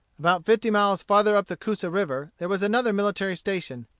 about fifty miles farther up the coosa river there was another military station,